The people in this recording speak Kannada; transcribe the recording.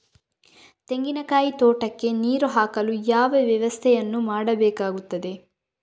ತೆಂಗಿನ ತೋಟಕ್ಕೆ ನೀರು ಹಾಕಲು ಯಾವ ವ್ಯವಸ್ಥೆಯನ್ನು ಮಾಡಬೇಕಾಗ್ತದೆ?